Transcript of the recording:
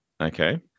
Okay